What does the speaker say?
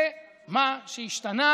זה מה שהשתנה